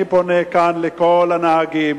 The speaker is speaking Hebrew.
אני פונה כאן לכל הנהגים,